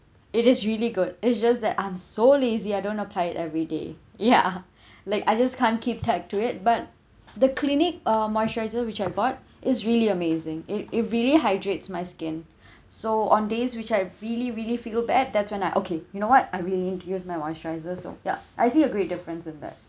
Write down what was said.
it is really good it's just that I'm so lazy I don't apply it everyday ya like I just can't keep tagged to it but the Clinique uh moisturiser which I bought is really amazing it it really hydrates my skin so on days which I really really feel bad that's when I okay you know what I really need to use my moisturiser so ya I see a great difference in that